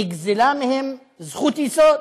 נגזלה מהם זכות יסוד,